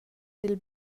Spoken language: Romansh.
dil